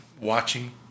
watching